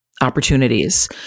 Opportunities